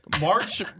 March